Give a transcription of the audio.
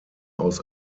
aus